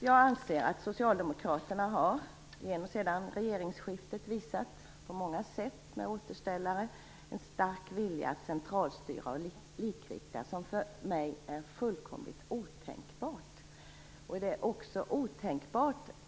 Jag anser att Socialdemokraterna sedan regeringsskiftet på många sätt, genom återställare t.ex., visat en stark vilja att centralstyra och likrikta som för mig är fullkomligt otänkbar.